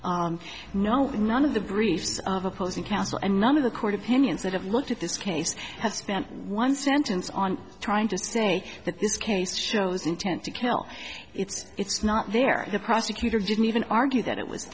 no none of the briefs of opposing counsel and none of the court opinions that have looked at this case has spent one sentence on trying to say that this case shows intent to kill it's not there the prosecutor didn't even argue that it was